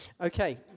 Okay